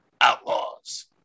outlaws